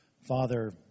Father